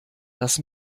das